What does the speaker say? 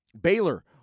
Baylor